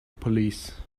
police